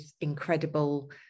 incredible